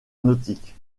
nautiques